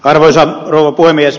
arvoisa rouva puhemies